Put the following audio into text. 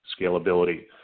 scalability